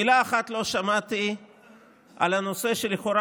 מילה אחת לא שמעתי על הנושא שלכאורה